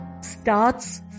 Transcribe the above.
starts